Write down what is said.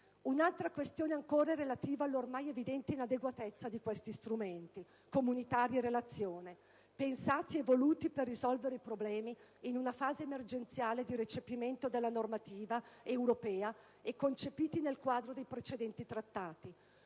Un'altra questione ancora è relativa all'ormai evidente inadeguatezza di questi strumenti, legge comunitaria e relazione, pensati e voluti per risolvere problemi in una fase emergenziale di recepimento della normativa europea e concepiti nel quadro dei precedenti Trattati.